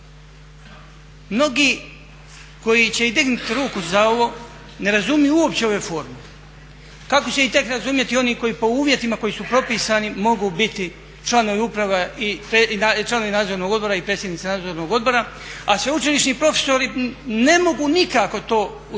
mnogi koji će i dignuti ruku za ovo ne razumiju uopće ove formule. Kako će ih tek razumjeti oni koji po uvjetima koji su propisani mogu biti članovi uprave i članovi nadzornog odbora i predsjednici nadzornog odbora a sveučilišni profesori ne mogu nikako u tu